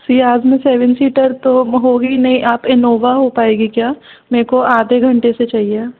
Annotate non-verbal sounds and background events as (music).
(unintelligible) में seven seater तो होगी नहीं आप इनोवा हो पाएगी क्या मे को आधे घंटे से चाहिए